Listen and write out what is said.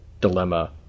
dilemma